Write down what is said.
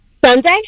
Sunday